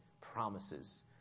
promises